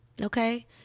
okay